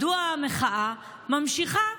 מדוע המחאה נמשכת?